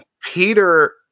Peter